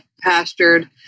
Pastured